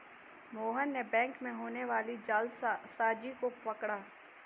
मोहन ने बैंक में होने वाली जालसाजी को पकड़ा